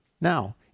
Now